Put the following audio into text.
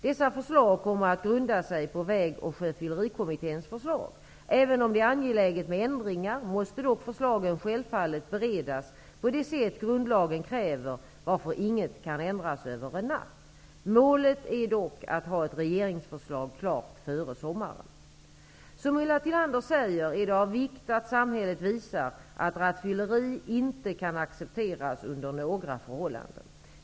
Dessa förslag kommer att grunda sig på Vägoch sjöfyllerkommitténs förslag. Även om det är angeläget med ändringar måste dock förslagen självfallet beredas på det sätt grundlagen kräver, varför inget kan ändras över en natt. Målet är dock att ha ett regeringsförslag klart före sommaren. Som Ulla Tillander säger är det av vikt att samhället visar att rattfylleri inte kan accepteras under några förhållanden.